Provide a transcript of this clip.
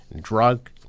drug